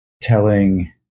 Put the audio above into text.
telling